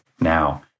now